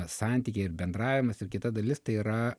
santykiai ir bendravimas ir kita dalis tai yra